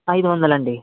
ఐదు వందలండి